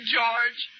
George